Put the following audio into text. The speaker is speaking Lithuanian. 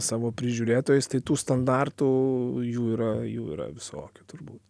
savo prižiūrėtojais tai tų standartų jų yra jų yra visokių turbūt